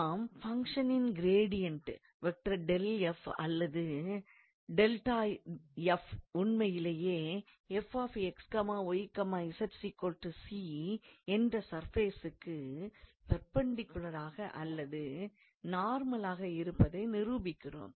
நாம் ஃபங்க்ஷனின் கிரேடியணன்ட் அல்லது 𝛿𝑓 உண்மையிலே என்ற சர்ஃபேசுக்கு பெர்பெண்டிக்குலராக அல்லது நர்மலாக இருப்பதை நிரூபிக்கிறோம்